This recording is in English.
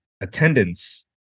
attendance